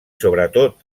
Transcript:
sobretot